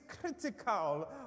critical